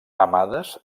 amades